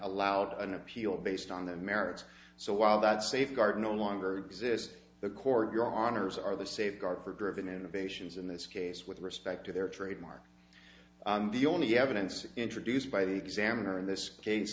allowed an appeal based on their merits so while that safeguard no longer exists the court you're on or is are the safeguard for driven innovations in this case with respect to their trademark the only evidence introduced by the examiner in this case